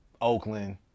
oakland